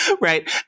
right